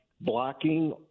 blocking –